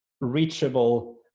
reachable